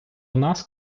нас